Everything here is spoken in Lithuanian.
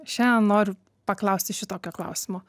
šianien noriu paklausti šitokio klausimo